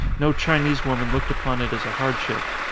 no chinese woman looked upon it as a hardship.